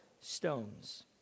stones